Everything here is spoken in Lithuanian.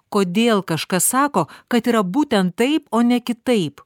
kodėl kažkas sako kad yra būtent taip o ne kitaip